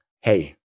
hey